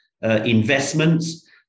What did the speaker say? investments